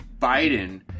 Biden